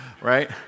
Right